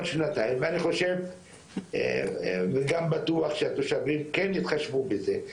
אני חושב וגם בטוח שהתושבים כן יתחשבו בזה.